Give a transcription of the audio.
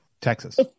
Texas